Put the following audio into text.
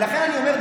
ולכן אני אומר,